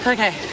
Okay